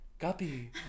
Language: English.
guppy